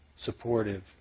supportive